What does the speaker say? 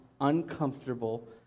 uncomfortable